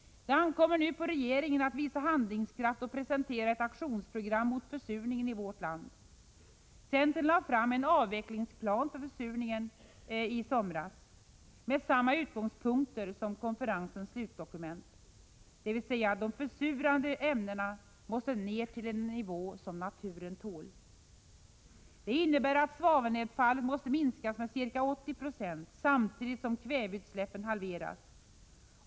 Det ankommer nu på regeringen att visa handlingskraft och presentera ett aktionsprogram mot försurningen i vårt land. Centern lade fram en ”avvecklingsplan för försurningen” i somras med samma utgångspunkt som konferensens slutdokument, dvs. att utsläppen av försurande ämnen måste ner till en nivå som naturen tål. Det innebär att svavelnedfallet måste minskas med ca 80 20 samtidigt som kväveutsläppen halveras.